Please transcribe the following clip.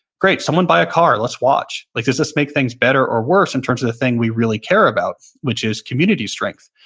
great. someone buy a car. let's watch. like does this make things better or worse in terms of the thing we really care about which is community strength?